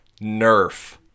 nerf